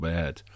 Bad